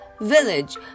village